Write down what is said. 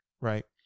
right